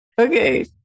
Okay